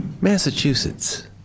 Massachusetts